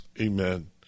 Amen